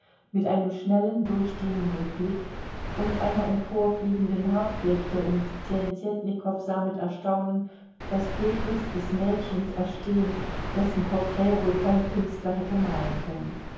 mit einem schnellen durchdringenden blick und einer emporfliegenden haarflechte und tjentjetnikow sah mit erstaunen das bildnis des mädchens erstehen dessen porträt wohl kein künstler hätte malen können